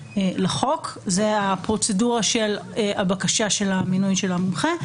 לחוק." סעיף 1 זאת הפרוצדורה של הבקשה של המינוי של המומחה.